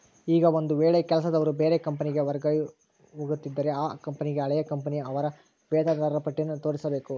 ಈಗ ಒಂದು ವೇಳೆ ಕೆಲಸದವರು ಬೇರೆ ಕಂಪನಿಗೆ ವರ್ಗವಾಗುತ್ತಿದ್ದರೆ ಆ ಕಂಪನಿಗೆ ಹಳೆಯ ಕಂಪನಿಯ ಅವರ ವೇತನದಾರರ ಪಟ್ಟಿಯನ್ನು ತೋರಿಸಬೇಕು